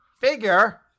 figure